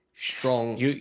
strong